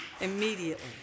immediately